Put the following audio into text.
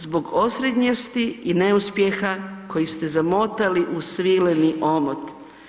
Zbog osrednjosti i neuspjeha koji ste zamotali u svileni omot.